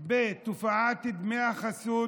בתופעת דמי החסות,